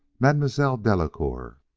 mam'selle delacouer!